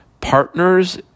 partners